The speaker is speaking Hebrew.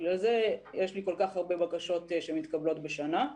לכן יש לי כל כך הרבה בקשות שמתקבלות בשנה.